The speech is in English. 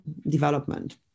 development